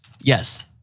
Yes